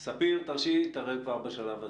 ספיר, תרשי לי להתערב כבר בשלב הזה.